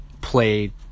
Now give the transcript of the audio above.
play